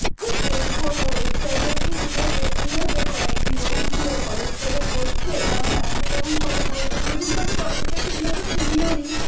দেখব ওয়েবসাইটে একটু তুইও দেখবি হ্যাঁ যে কীরকম কী কলেজটাতে করছে কারণ এত যখন সবাই বলছে কোনোদিন তো আমি কলেজটা ঠিকমতো শুনিওনি